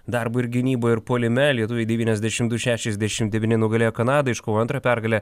darbu ir gynyboj ir puolime lietuviai devyniasdešimt du šešiasdešimt devyni nugalėjo kanadą iškovojo antrą pergalę